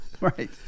Right